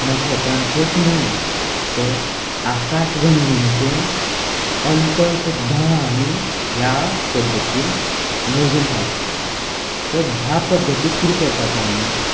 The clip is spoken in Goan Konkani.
नखेत्रांचेंच न्हय तर आकाशगंगेचें अंतर सुद्दां आमी ह्या पद्दतीन मोजून काडूं शकतात तर ह्या पद्दतीन कितें करतात आमी